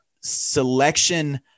selection